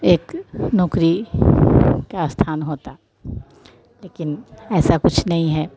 एक नौकरी का स्थान होता लेकिन ऐसा कुछ नहीं है